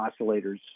oscillators